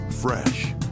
fresh